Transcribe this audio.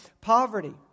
poverty